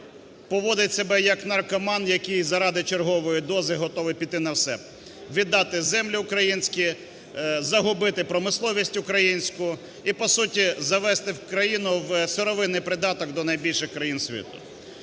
поводить себе як наркоман, який заради чергової дози готовий піти на все: в іддати землю українську, загубити промисловість українську, і, по суті, завести країну в сировинний придаток до найбільших країн світу.